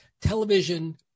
television